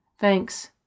Thanks